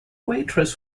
waitress